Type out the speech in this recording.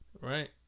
Right